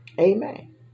Amen